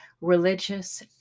religious